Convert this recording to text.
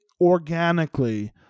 organically